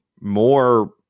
more